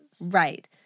Right